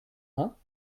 vingts